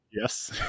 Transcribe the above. Yes